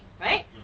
Right